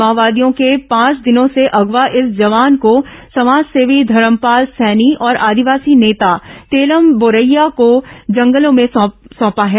माओवादियों ने पांच दिनों से अगवा इस जवान को समाज सेवी धरमपाल सैनी और आदिवासी नेता तेलम बोरैया को जंगलों में सौंपा है